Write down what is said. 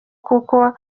kuko